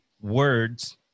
words